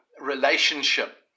relationship